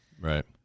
Right